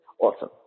awesome